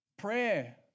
prayer